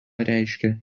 reiškia